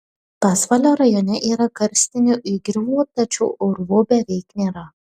pasvalio rajone yra karstinių įgriuvų tačiau urvų beveik nėra